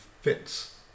fits